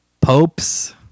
popes